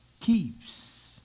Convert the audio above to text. keeps